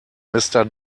mister